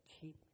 keep